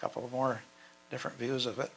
a couple of more different views of